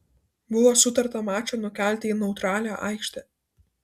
buvo sutarta mačą nukelti į neutralią aikštę